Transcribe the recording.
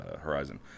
Horizon